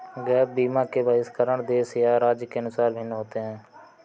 gap बीमा के बहिष्करण देश या राज्य के अनुसार भिन्न होते हैं